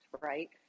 right